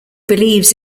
believes